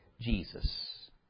Jesus